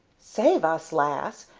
save us, lass,